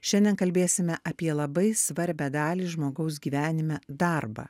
šiandien kalbėsime apie labai svarbią dalį žmogaus gyvenime darbą